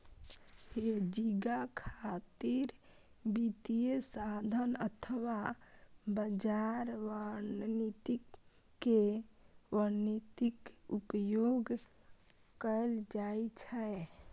hedging खातिर वित्तीय साधन अथवा बाजार रणनीति के रणनीतिक उपयोग कैल जाइ छै